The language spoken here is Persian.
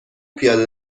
پیاده